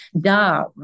da